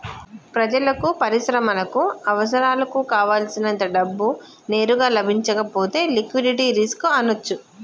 ప్రజలకు, పరిశ్రమలకు అవసరాలకు కావల్సినంత డబ్బు నేరుగా లభించకపోతే లిక్విడిటీ రిస్క్ అనొచ్చు